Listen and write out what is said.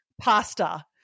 pasta